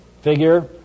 figure